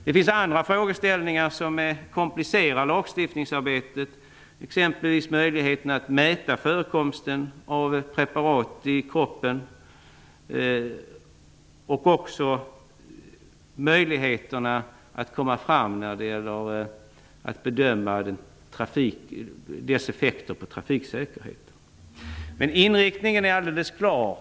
Det finns andra frågeställningar som komplicerar lagstiftningsarbetet, exempelvis möjligheten att mäta förekomsten av preparat i kroppen och också möjligheterna att bedöma dessa preparats effekter på trafiksäkerheten. Inriktningen är ändå alldeles klar.